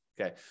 okay